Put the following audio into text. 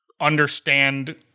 understand